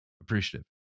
Appreciative